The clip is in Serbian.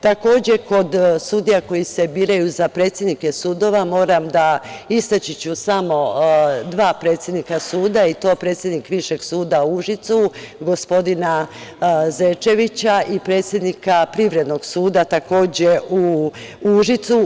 Takođe, kod sudija koji se biraju za predsednike sudova istaći ću samo dva predsednika suda, i to predsednik Višeg suda u Užicu, gospodina Zečevića i predsednika Privrednog suda, takođe u Užicu.